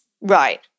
Right